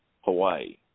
Hawaii